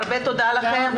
תודה לכם.